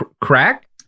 crack